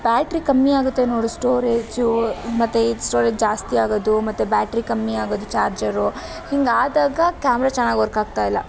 battery ಕಮ್ಮಿ ಆಗತ್ತೆ ನೋಡು ಸ್ಟೋರೇಜು ಮತ್ತು ಈ ಸ್ಟೋರೇಜ್ ಜಾಸ್ತಿ ಆಗೋದು ಮತ್ತೆ ಬ್ಯಾಟ್ರಿ ಕಮ್ಮಿ ಆಗೋದು ಚಾರ್ಜರು ಹೀಗಾದಾಗ ಕ್ಯಾಮ್ರ ಚೆನ್ನಾಗಿ ವರ್ಕಾಗ್ತಾ ಇಲ್ಲ